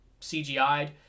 CGI'd